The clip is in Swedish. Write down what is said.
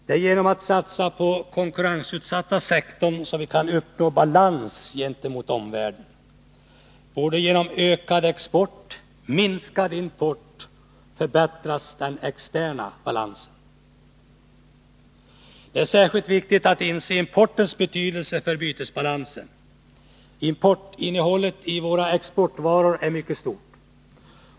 Det är genom att satsa på den konkurrensutsatta sektorn som vi kan uppnå balans gentemot omvärlden. Både genom ökad export och genom minskad import förbättras de externa balanserna. Det är särskilt viktigt att inse importens betydelse för bytesbalansen. Importinnehållet i våra exportvaror är mycket stort.